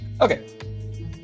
Okay